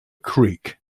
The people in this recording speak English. creek